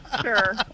Sure